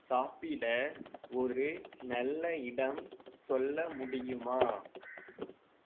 சாப்பிட ஒரு நல்ல இடம் சொல்ல முடியுமா